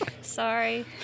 Sorry